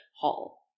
Hall